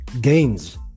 gains